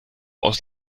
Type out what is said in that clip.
aus